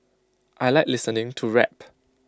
I Like listening to rap